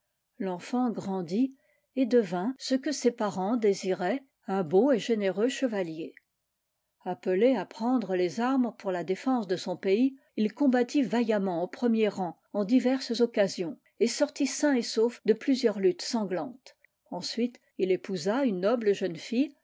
l'enfant grandit et devint ce que ses parents désiraient un beau et généreux chevalier appelé à prendre les armes pour la défense de son pays il combattit vaillamment au premier rang en diverses occasions et sortit sain et sauf de plusieurs luttes sanglantes ensuite il épousa une noble jeune fille